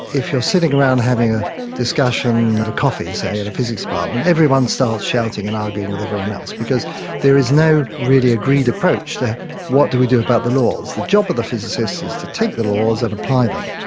if you're sitting around having a discussion over coffee, say, at a physics department, everyone starts shouting and arguing with everyone else because there is no really agreed approach to what do we do about the laws. the job of the physicists is to take the laws and apply them,